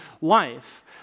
life